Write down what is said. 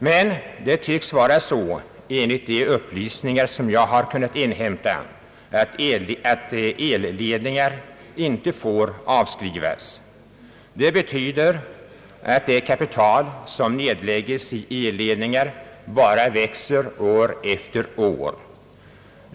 Men enligt de upplysningar som jag kunnat inhämta tycks det vara så att elledningar inte får avskrivas. Det betyder att kapital som nedlagts i elledningar bara växer år efter år.